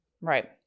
Right